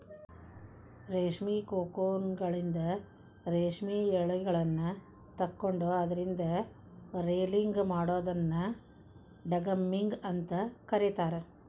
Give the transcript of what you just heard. ರೇಷ್ಮಿ ಕೋಕೂನ್ಗಳಿಂದ ರೇಷ್ಮೆ ಯಳಿಗಳನ್ನ ತಕ್ಕೊಂಡು ಅದ್ರಿಂದ ರೇಲಿಂಗ್ ಮಾಡೋದನ್ನ ಡಿಗಮ್ಮಿಂಗ್ ಅಂತ ಕರೇತಾರ